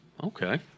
Okay